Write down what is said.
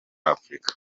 afrika